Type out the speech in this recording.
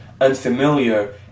unfamiliar